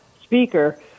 speaker